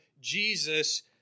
Jesus